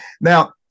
now